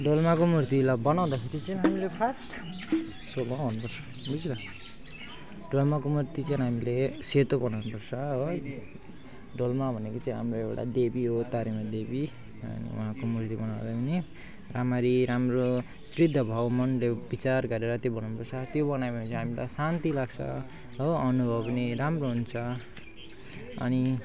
डोलमाको मूर्तिलाई बनाउँदाखेरि चाहिँ हामीले फर्स्ट सुकाएको हुनुपर्छ बुझ्यौ त डोलमाको मूर्ति चाहिँ हामीले सेतो बनाउनुपर्छ हो डोलमा भनेको चाहिँ हाम्रो एउटा देवी हो तारामा देवी उहाँको मूर्ति बनाउँदा पनि राम्ररी राम्रो शुद्ध भाव मनले विचार गरेर त्यो बनाउनुपर्छ त्यो बनायो भने चाहिँ हामीलाई शान्ति लाग्छ हो अनुभव पनि राम्रो हुन्छ अनि